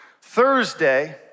Thursday